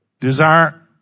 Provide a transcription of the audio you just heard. desire